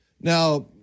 Now